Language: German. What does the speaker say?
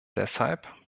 deshalb